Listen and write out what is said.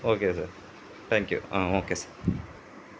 okay sir thank you ah okay sir